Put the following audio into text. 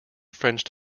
french